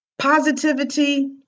Positivity